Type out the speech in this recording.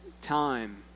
time